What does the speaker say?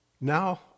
now